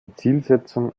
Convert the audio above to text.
zielsetzung